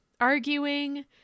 arguing